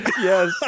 Yes